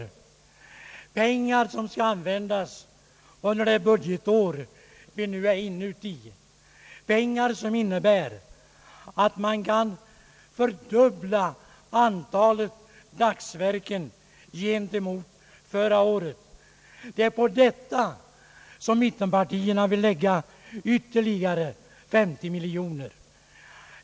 Det är alltså pengar som skall användas under det budgetår vi nu är inne i — pengar som innebär att man kan fördubbla antalet dagsverken gentemot förra året. Till detta vill mittenpartierna lägga ytterligare 50 miljoner kronor.